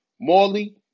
Morley